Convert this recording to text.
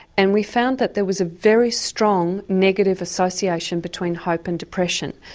and we found that there was a very strong negative association between hope and depression.